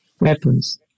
weapons